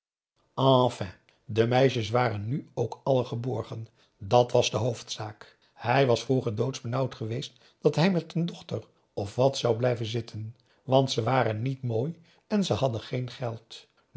enfin de meisjes waren nu ook allen geborgen dàt was de hoofdzaak hij was vroeger doodsbenauwd geweest dat hij met n dochter of wat zou blijven zitten want ze waren niet mooi en ze hadden geen geld